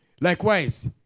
Likewise